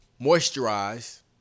Moisturize